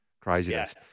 Craziness